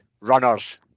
runners